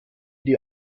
die